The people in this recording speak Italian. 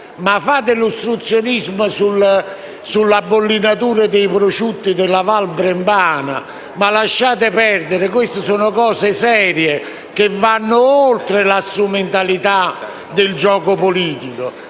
Fate ostruzionismo sulla bollinatura dei prosciutti della Val Brembana, ma lasciate perdere queste che sono cose serie e vanno oltre la strumentalità del gioco politico!